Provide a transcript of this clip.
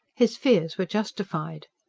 his fears were justified.